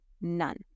none